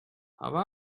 how